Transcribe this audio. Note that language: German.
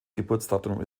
geburtsdatum